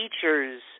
teachers